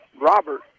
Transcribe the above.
Robert